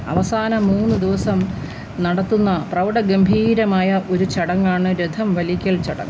അവസാനം മൂന്ന് ദിവസം നടത്തുന്ന പ്രൗഡഗംഭീരമായ ഒരു ചടങ്ങാണ് രഥം വലിക്കൽ ചടങ്ങ്